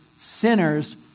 sinners